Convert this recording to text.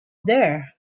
there